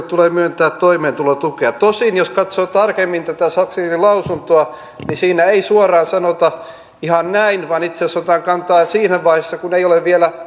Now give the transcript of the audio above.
tulee myöntää toimeentulotukea tosin jos katsoo tarkemmin tätä sakslinin lausuntoa niin siinä ei suoraan sanota ihan näin vaan itse asiassa otetaan kantaa siten että kun ei ole vielä